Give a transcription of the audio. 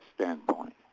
standpoint